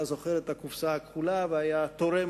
היה זוכר את הקופסה הכחולה והיה תורם